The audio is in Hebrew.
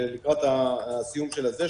ולקראת הציון של הזה,